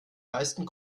leisten